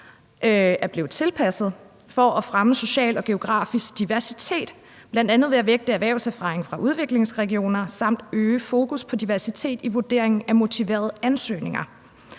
er blevet tilpasset for at »fremme social og geografisk diversitet«, bl.a. ved at vægte erhvervserfaring fra udviklingsregioner samt øge fokus på diversitet i vurderingen af motiverede ansøgninger.